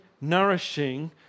nourishing